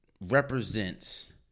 represents